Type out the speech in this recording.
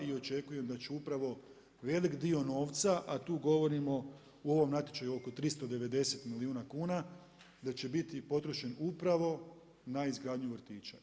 I očekujem da će upravo velik dio novca, a tu govorimo o ovom natječaju oko 390 milijuna kuna da će biti potrošen upravo na izgradnju vrtića.